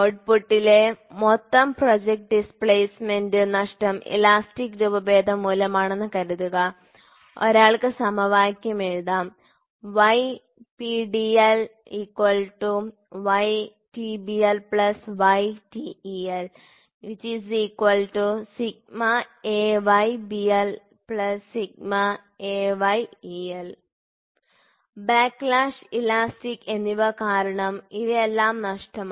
ഔട്ട്പുട്ടിലെ മൊത്തം project displacement നഷ്ടം elastic രൂപഭേദം മൂലമാണെന്ന് കരുതുക ഒരാൾക്ക് സമവാക്യം എഴുതാം YpdlYtblYtelAYblAYel ബാക്ക്ലാഷ് ഇലാസ്റ്റിക് എന്നിവ കാരണം ഇവയെല്ലാം നഷ്ടമാണ്